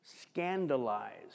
scandalized